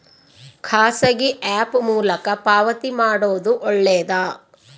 ಖಾಸಗಿ ಆ್ಯಪ್ ಮೂಲಕ ಪಾವತಿ ಮಾಡೋದು ಒಳ್ಳೆದಾ?